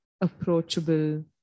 approachable